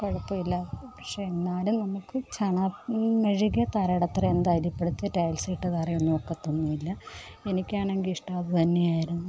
കുഴപ്പമില്ല പക്ഷേ എന്നാലും നമുക്ക് ചാണാൻ മെഴുകിയ തയുടെ അത്രയും എന്തായാലും ഇപ്പോഴത്തെ ടൈൽസിട്ട തറയൊന്നും ഒക്കത്തൊന്നുമില്ല എനിക്കാണങ്കിൽ ഇഷ്ടം അത് തന്നെയായിരുന്നു